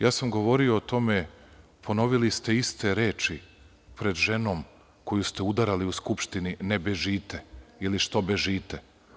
Ja sam govorio o tome, ponovili ste iste reči pred ženom koju ste udarali u Skupštini - ne bežite, ili što bežite.